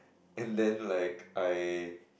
and then like I